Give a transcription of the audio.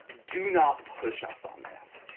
do not push us on this.